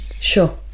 Sure